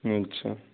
ہوں اچھا